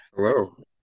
Hello